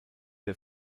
der